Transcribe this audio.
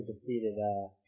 defeated